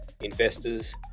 investors